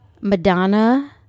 Madonna